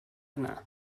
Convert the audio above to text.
yna